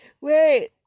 wait